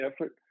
effort